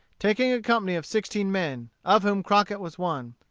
taking a company of sixteen men, of whom crockett was one.